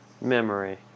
memory